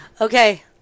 Okay